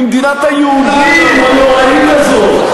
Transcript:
ממדינת היהודים הנוראית הזאת.